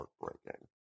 heartbreaking